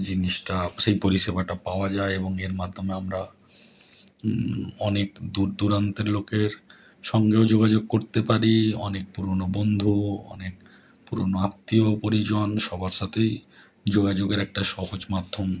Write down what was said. জিনিসটা সেই পরিষেবাটা পাওয়া যায় এবং এর মাধ্যমে আমরা অনেক দূর দূরান্তের লোকের সঙ্গেও যোগাযোগ করতে পারি অনেক পুরনো বন্ধু অনেক পুরনো আত্মীয় পরিজন সবার সাথেই যোগাযোগের একটা সহজ মাধ্যম